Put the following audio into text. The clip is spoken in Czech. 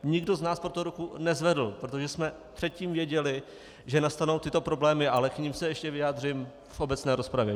Nikdo z nás pro to ruku nezvedl, protože jsme předtím věděli, že nastanou tyto problémy, ale k nim se ještě vyjádřím v obecné rozpravě.